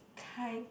kind